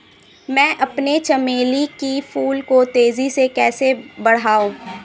मैं अपने चमेली के फूल को तेजी से कैसे बढाऊं?